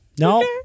No